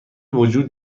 وجود